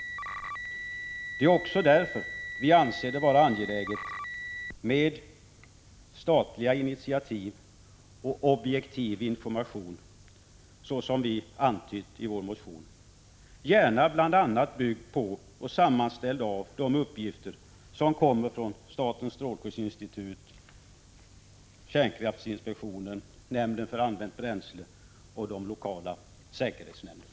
Det är också därför som vi anser det vara angeläget med statliga initiativ och objektiv information, såsom vi antytt i vår motion, gärna en information som bl.a. är byggd på — och sammanställd av — de uppgifter som kommer från statens strålskyddsinstitut, kärnkraftinspektionen, nämnden för använt kärnbränsle och de lokala säkerhetsnämnderna.